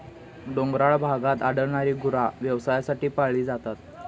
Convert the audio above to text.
डोंगराळ भागात आढळणारी गुरा व्यवसायासाठी पाळली जातात